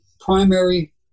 primary